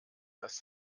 dass